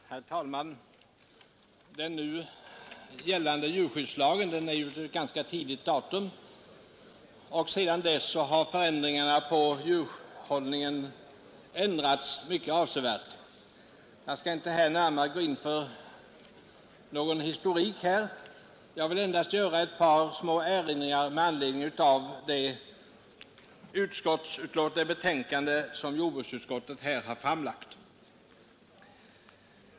Herr talman! Den nu gällande djurskyddslagen är ju av ganska tidigt datum, och sedan dess har förhållandena i fråga om djurhållningen ändrats mycket avsevärt. Jag skall inte här närmare gå in på någon historik, jag vill endast göra ett par små erinringar med anledning av det betänkande som jordbruksutskottet har framlagt.